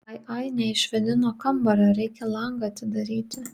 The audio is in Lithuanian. ai ai neišvėdino kambario reikia langą atidaryti